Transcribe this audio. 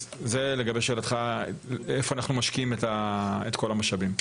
זה לגבי שאלתך איפה אנחנו משקיעים את כל המשאבים .